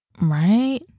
Right